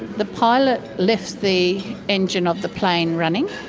the pilot left the engine of the plane running